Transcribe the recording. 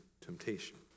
temptation